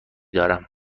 دارم